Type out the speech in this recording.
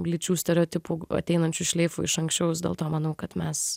lyčių stereotipų ateinančių šleifu iš anksčiau vis dėlto manau kad mes